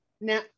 Now